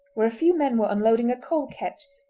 where a few men were unloading a coal ketch,